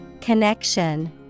Connection